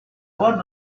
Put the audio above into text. want